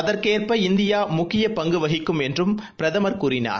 அதற்கேற்ப இந்தியாமுக்கியப் பங்குவகிக்கும் என்றும் பிரதமர் கூறினார்